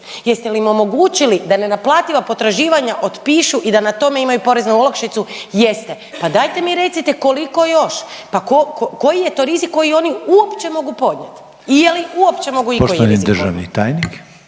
Jeste li im omogućili da nenaplativa potraživanja otpišu i da na tome imaju poreznu olakšicu? Jeste. Pa dajte mi recite koliko još? Pa koji je to rizik koji oni uopće mogu podnijeti i je li uopće mogu ikoji rizik